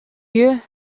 you